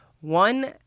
One